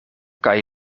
kaj